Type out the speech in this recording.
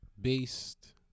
based